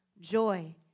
joy